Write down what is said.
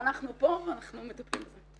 אנחנו כאן ואנחנו מטפלים בזה.